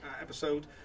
episode